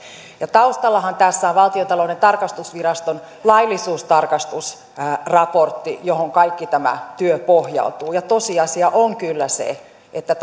ja taustallahan tässä on valtiontalouden tarkastusviraston laillisuustarkastusraportti johon kaikki tämä työ pohjautuu ja tosiasia on kyllä se että